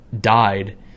died